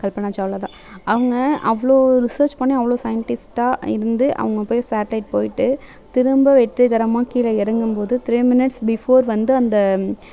கல்பனா சாவ்லாதான் அவங்க அவ்வளோ ஒரு சர்ச் பண்ணி அவ்வளோ சயின்டிஸ்ட்டாக இருந்து அவங்க போய் சாட்டிலைட் போய்விட்டு திரும்ப வெற்றிகரமாக கீழே இறங்கம்போது த்ரீ மினிட்ஸ் பிஃபோர் வந்து அந்த